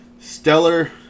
Stellar